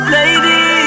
Lady